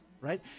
Right